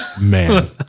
man